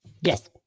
Yes